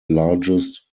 largest